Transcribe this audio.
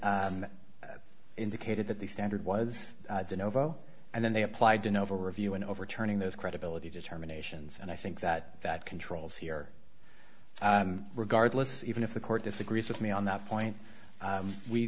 indicated that the standard was and then they applied to novo review and overturning those credibility determinations and i think that that controls here regardless even if the court disagrees with me on that point